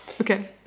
okay